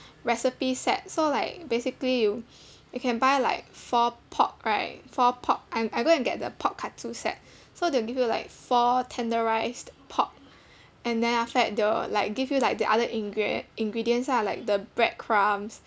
recipe set so like basically you you can buy like four pork right four pork I I go and get the pork katsu set so they'll give you like four tenderized pork and then after that they will like give you like the other ingre~ ingredients lah like the bread crumbs